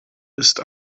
ist